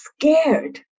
scared